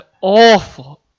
awful